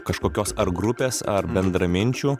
kažkokios ar grupės ar bendraminčių